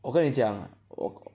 我跟你讲我